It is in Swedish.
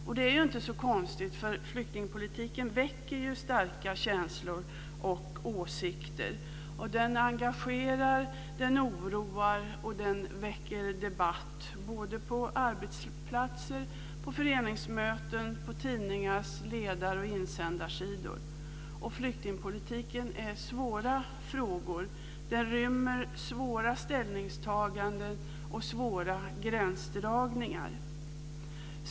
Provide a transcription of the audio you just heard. Detta är inte så konstigt. Flyktingpolitiken väcker starka känslor och åsikter. Den engagerar, oroar och väcker debatt - på arbetsplatser, på föreningsmöten, på tidningarnas ledar och insändarsidor. Flyktingpolitik är svårt. Den rymmer svåra ställningstaganden och svåra gränsdragningar.